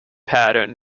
pattern